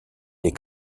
des